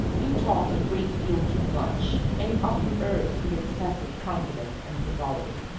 you talk a great deal too much and you often err through excessive confidence and frivolity.